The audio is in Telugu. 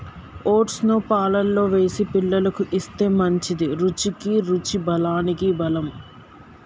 ఓట్స్ ను పాలల్లో వేసి పిల్లలకు ఇస్తే మంచిది, రుచికి రుచి బలానికి బలం